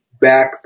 back